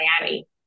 Miami